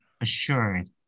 assured